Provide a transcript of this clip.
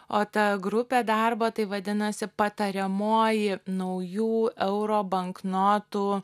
o ta grupė darbo tai vadinasi patariamoji naujų euro banknotų